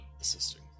assisting